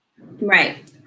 Right